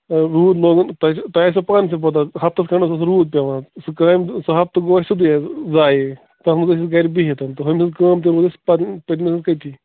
A روٗد لوگُن تۄہہِ تۄہہِ آسٮ۪و پانہٕ تہِ پَتاہ ہَفتَس کھنٛڈَس اوس روٗد پٮ۪وان سُہ کامہِ دۅہ سُہ ہَفتہٕ گوٚو اَسہِ سیوٚدُے حظ ضایعے تَتھ منٛز ٲسۍ أسۍ گَرِ بِہِتھ تہٕ ہُمۍ سٕنٛز کٲم تہٕ روٗز اَسہِ پنٕنۍ پَتہٕ حظ تٔتی